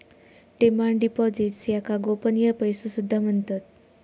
demand deposits याका गोपनीय पैसो सुद्धा म्हणतत